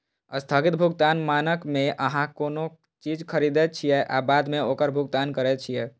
स्थगित भुगतान मानक मे अहां कोनो चीज खरीदै छियै आ बाद मे ओकर भुगतान करै छियै